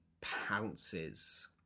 pounces